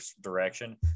direction